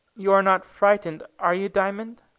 you're not frightened are you, diamond?